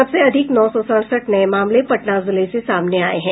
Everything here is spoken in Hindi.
सबसे अधिक नौ सौ सड़सठ नये मामले पटना जिले से सामने आये हैं